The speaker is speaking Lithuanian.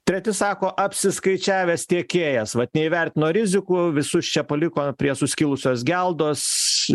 treti sako apsiskaičiavęs tiekėjas vat neįvertino rizikų visus čia paliko prie suskilusios geldos